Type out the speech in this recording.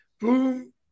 Boom